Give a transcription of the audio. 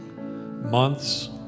months